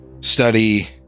study